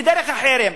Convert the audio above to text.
ודרך החרם,